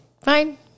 fine